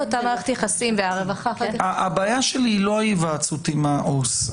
הבעיה שלי היא לא ההיוועצות עם העובד הסוציאלי.